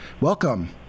Welcome